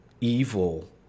evil